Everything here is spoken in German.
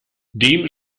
dem